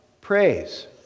praise